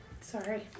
Sorry